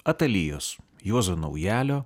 atalijos juozo naujalio